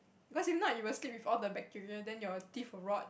because if not you'll sleep with all the bacteria then your teeth will rot